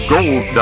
Gold